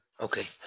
Okay